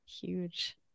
huge